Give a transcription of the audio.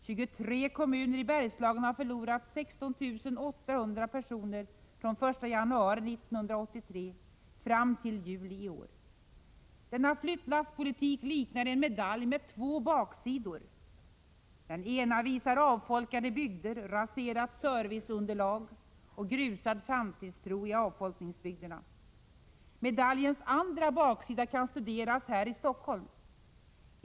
23 kommuner i Bergslagen har förlorat över 16 800 personer från den 1 januari 1983 fram till juli i år. Denna flyttlasspolitik liknar en medalj med två baksidor. Den ena visar avfolkade bygder, raserat serviceunderlag och grusad framtidstro i avfolkningsbygderna. Medaljens andra baksida kan studeras här i Stockholm.